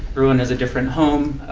everyone has a different home.